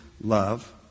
love